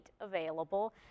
available